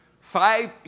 five